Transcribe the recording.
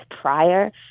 prior